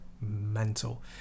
Mental